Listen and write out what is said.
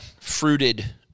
fruited